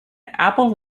apple